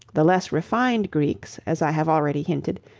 the less refined greeks, as i have already hinted,